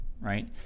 right